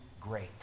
great